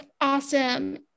awesome